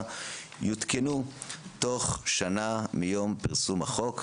יותקנו תוך שנה מיום פרסום החוק,